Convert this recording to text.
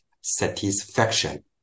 satisfaction